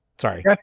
Sorry